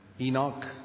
Enoch